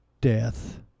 death